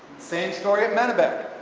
same story at mennebeck,